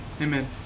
amen